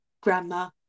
Grandma